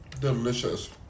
delicious